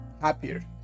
happier